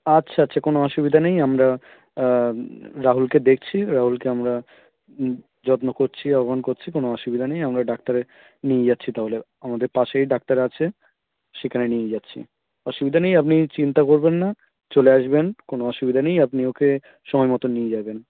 আচ্ছা আচ্ছা কোনো অসুবিধা নেই আমরা রাহুলকে দেখছি রাহুলকে আমরা যত্ন করছি আহ্বান করছি কোনো অসুবিধা নেই আমরা ডাক্তারের নিয়ে যাচ্ছি তাহলে আমাদের পাশেই ডাক্তার আছে সেখানে নিয়ে যাচ্ছি অসুবিধা নেই আপনি চিন্তা করবেন না চলে আসবেন কোনো অসুবিধা নেই আপনি ওকে সময় মতন নিয়ে যাবেন